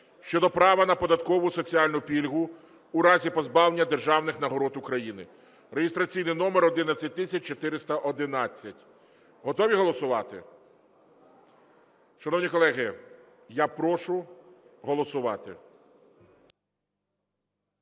щодо права на податкову соціальну пільгу у разі позбавлення державних нагород України (реєстраційний номер 11411). Готові голосувати? Шановні колеги, я прошу голосувати.